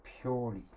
purely